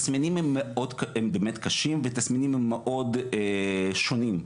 עסקתי לא מעט בספורט ועכשיו אני לא מסוגל לעשות שום דבר.